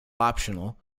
optional